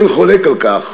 אין חולק על כך